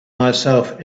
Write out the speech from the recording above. myself